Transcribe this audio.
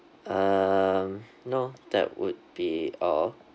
um no that would be all